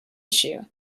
issue